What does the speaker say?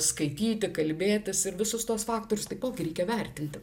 skaityti kalbėtis ir visus tuos faktorius taipogi reikia vertinti